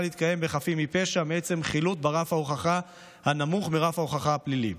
להתקיים בחפים מפשע מעצם חילוט ברף הוכחה נמוך מרף ההוכחה הפלילי.